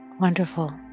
wonderful